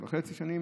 13 וחצי שנים,